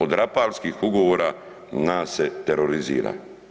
Od Rapalskih ugovora nas se terorizira.